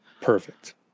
Perfect